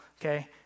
okay